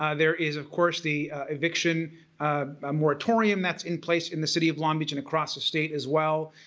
ah there is of course the eviction moratorium. that's in place in the city of long beach and across the state as well.